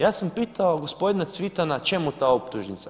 Ja sam pitao gospodina Cvitana čemu ta optužnica?